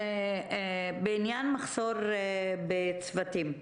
בעניין מחסור בצוותים,